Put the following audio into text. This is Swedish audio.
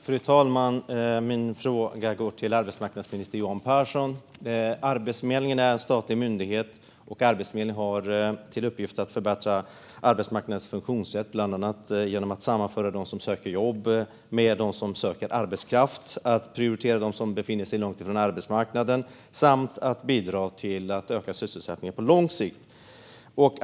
Fru talman! Min fråga går till arbetsmarknadsminister Johan Pehrson. Arbetsförmedlingen är en statlig myndighet som bland annat har till uppgift att förbättra arbetsmarknadens funktionssätt, till exempel genom att sammanföra dem som söker jobb med dem som söker arbetskraft, prioritera dem som befinner sig långt ifrån arbetsmarknaden samt bidra till att öka sysselsättningen på lång sikt.